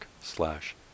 slash